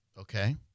Okay